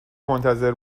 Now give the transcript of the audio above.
منتظر